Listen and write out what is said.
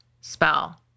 spell